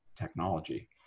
technology